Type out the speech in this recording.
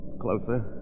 Closer